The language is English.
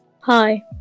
Hi